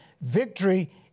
victory